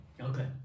okay